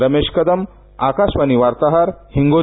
रमेश कदम आकाशवाणी वार्ताहर हिंगोली